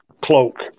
cloak